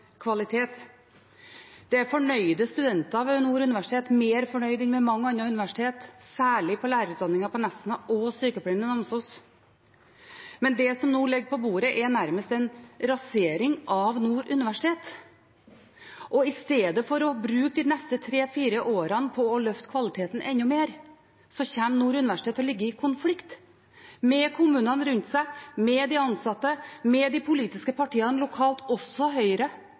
Det er fornøyde studenter ved Nord universitet, mer fornøyde enn ved mange andre universiteter, særlig på lærerutdanningen på Nesna og på sykepleien i Namsos, men det som nå ligger på bordet, er nærmest en rasering av Nord universitet. I stedet for å bruke de neste tre–fire årene på å løfte kvaliteten enda mer kommer Nord universitet til å ligge i konflikt med kommunene rundt seg, med de ansatte, med de politiske partiene lokalt – også Høyre,